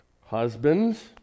Husbands